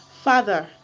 Father